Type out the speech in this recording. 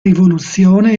rivoluzione